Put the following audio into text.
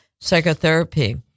psychotherapy